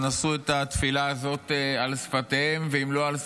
נשאו את התפילה הזאת על שפתיהם ועם לא על שפתיהם,